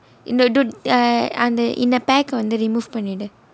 in the அந்த:antha in a pack வந்து:vanthu remove பண்ணிடு:pannidu